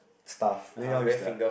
stuff